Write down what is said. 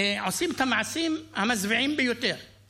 עושים את המעשים המזוויעים ביותר.